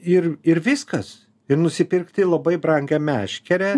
ir ir viskas ir nusipirkti labai brangią meškerę